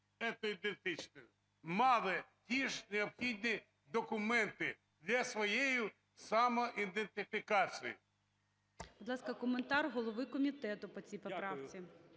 мали ті ж необхідні документи для своєї самоідентифікації.